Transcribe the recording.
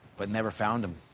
but never found him.